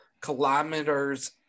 kilometers